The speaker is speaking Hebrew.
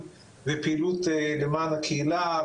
בסוף זו פעילות משותפת של הרבה מאוד גופים,